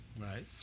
Right